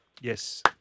Yes